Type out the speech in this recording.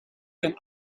kan